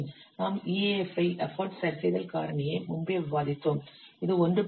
நாம் EAF ஐ effort சரிசெய்தல் காரணியை முன்பே விவாதித்தோம் இது 1